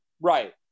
Right